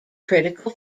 critical